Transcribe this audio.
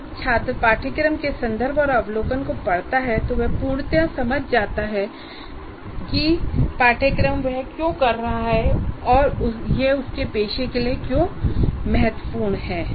जब छात्र पाठ्यक्रम के संदर्भ और अवलोकन को पढ़ता है तो वह पूर्णतया ये समझ पाता है कि वह यह पाठ्यक्रम क्यों कर रहा है और यह उसके पेशे के लिए क्यों महत्वपूर्ण है